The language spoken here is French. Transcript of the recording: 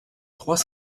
trois